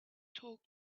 talk